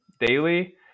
daily